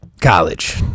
college